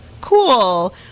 Cool